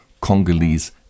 Congolese